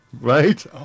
right